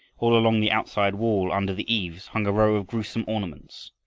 all along the outside wall, under the eaves, hung a row of gruesome ornaments,